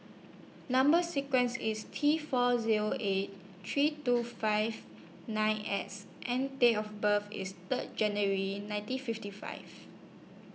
Number sequence IS T four Zero eight three two five nine S and Date of birth IS Third January nineteen fifty five